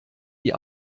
die